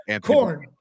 Corn